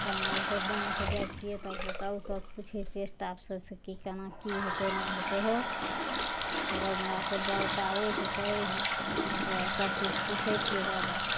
तब एजाज़हमरा आरके बैंक जाइ छियै तब ओकरा उस पुछै छियै स्टाफ सबसे कि केना की हेतै नहि हेतै हो तब तब हमरा अरके बताबै छै करै छै बसबकुछ पुछै छियै ओकरा जाके